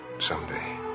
Someday